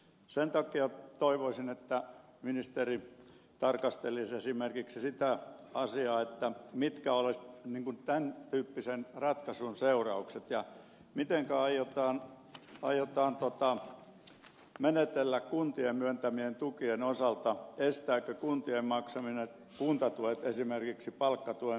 sen takia toivoisin että ministeri tarkastelisi esimerkiksi sitä asiaa mitkä olisivat tämän tyyppisen ratkaisun seuraukset ja mitenkä aiotaan menetellä kuntien myöntämien tukien osalta estävätkö kuntien maksamat kuntatuet esimerkiksi palkkatuen myöntämisen